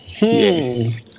yes